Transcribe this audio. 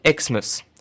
Xmas